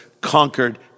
conquered